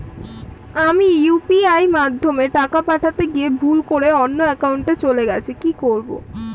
আমি ইউ.পি.আই মাধ্যমে টাকা পাঠাতে গিয়ে ভুল করে অন্য একাউন্টে চলে গেছে কি করব?